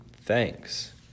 thanks